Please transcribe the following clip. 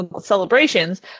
celebrations